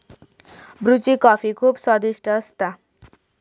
ब्रुची कॉफी खुप स्वादिष्ट असता